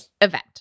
event